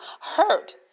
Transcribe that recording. hurt